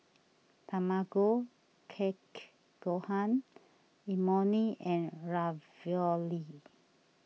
Tamago Kake Gohan Imoni and Ravioli